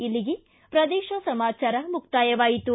ಇಲ್ಲಿಗೆ ಪ್ರದೇಶ ಸಮಾಚಾರ ಮುಕ್ತಾಯವಾಯಿತು